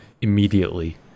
immediately